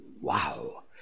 Wow